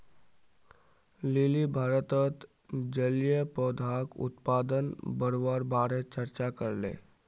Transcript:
lily भारतत जलीय पौधाक उत्पादन बढ़वार बारे चर्चा करले